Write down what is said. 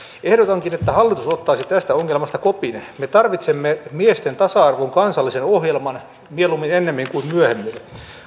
ehdotankin että hallitus ottaisi tästä ongelmasta kopin me tarvitsemme miesten tasa arvon kansallisen ohjelman mieluummin ennemmin kuin myöhemmin